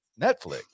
Netflix